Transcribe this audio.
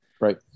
Right